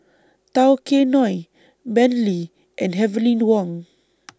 Tao Kae Noi Bentley and Heavenly Wang